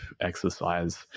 exercise